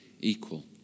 equal